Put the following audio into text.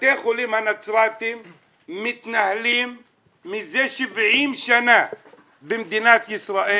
בתי החולים בנצרת מתנהלים מזה 70 שנים במדינת ישראל